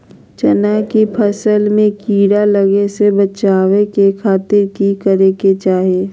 चना की फसल में कीड़ा लगने से बचाने के खातिर की करे के चाही?